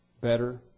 better